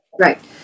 Right